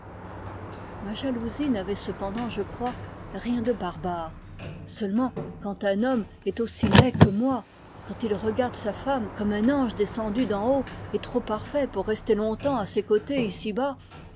ma jalousie n'avait cependant je crois rien de barbare seulement quand un homme est aussi laid que moi quand il regarde sa femme comme un ange descendu d'en haut et trop parfait pour rester longtemps à ses côtés ici-bas